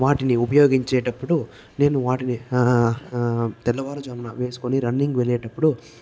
వాటిని ఉపయోగించేటప్పుడు నేను వాటిని తెల్లవారుజామున వేసుకొని రన్నింగ్ వెళ్ళేటప్పుడు